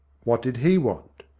what did he want?